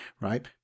right